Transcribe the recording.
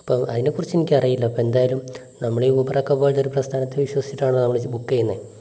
അപ്പം അതിനെകുറിച്ച് എനിക്കറിയില്ല അപ്പോൾ എന്തായാലും നമ്മൾ ഈ ഊബർ ഒക്കെ പോലത്തെ ഒരു പ്രസ്ഥാനത്തെ വിശ്വസിച്ചിട്ടാണല്ലോ നമ്മൾ ബുക്ക് ചെയ്യുന്നത്